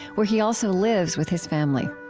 where he also lives with his family